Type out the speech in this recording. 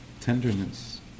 tenderness